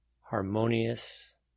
harmonious